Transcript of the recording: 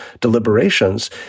deliberations